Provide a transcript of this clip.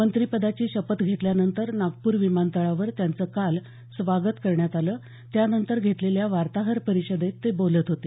मंत्रीपदाची शपथ घेतल्यानंतर नागपूर विमानतळावर त्यांचं काल स्वागत करण्यात आलं त्यानंतर घेतलेल्या वार्ताहर परिषदेत ते बोलत होते